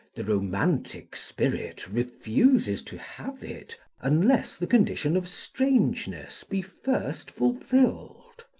the romantic spirit refuses to have it, unless the condition of strangeness be first fulfilled.